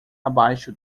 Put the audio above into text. abaixo